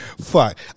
Fuck